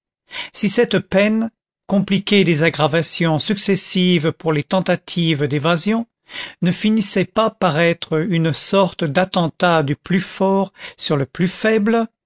si cette peine compliquée des aggravations successives pour les tentatives d'évasion ne finissait pas par être une sorte d'attentat du plus fort sur le plus faible